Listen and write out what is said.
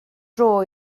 dro